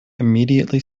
immediately